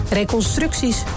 reconstructies